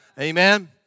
Amen